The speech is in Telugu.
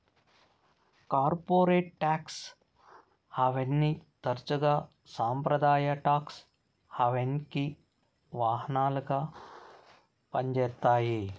కార్పొరేట్ టాక్స్ హావెన్ని తరచుగా సంప్రదాయ టాక్స్ హావెన్కి వాహనాలుగా పంజేత్తాయి